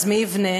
אז מי יבנה?